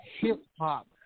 hip-hop